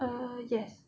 err yes